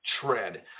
tread